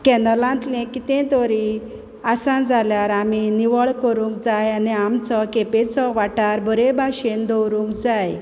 कॅनलांतलें कितेंय तरी आसा जाल्यार आमी निवळ करूंक जाय आनी आमचो केपेंचो वाठार बरें बाशेन दवरूंक जाय